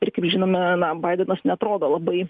ir kaip žinome na baidenas neatrodo labai